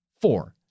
Four